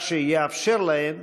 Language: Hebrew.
כך שיתאפשר להן